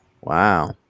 wow